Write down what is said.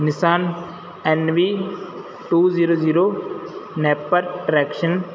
Nissan NV two zero zero napper direction